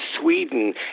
Sweden